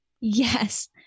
yes